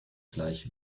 gleich